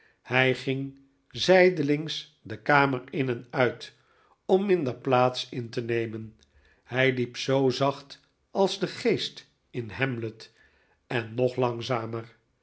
hij ging zijdelings de kamer in en uit om minder plaats in te nemen hij liep zoo zacht als de geest in hamlet en nog langzamer